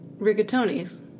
rigatoni's